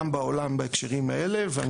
בעולם בהקשרים האלה ואני חושב --- לא,